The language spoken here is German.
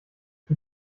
die